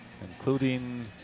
including